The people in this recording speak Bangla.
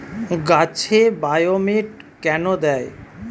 গাছে বায়োমেট কেন দেয়?